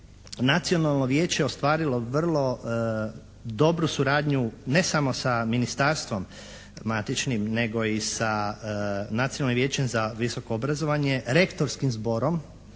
nacionalno vijeće ostvarilo vrlo dobru suradnju ne samo sa ministarstvom matičnim nego i sa nacionalnim vijećem za visoko obrazovanjem, rektorskim zborom,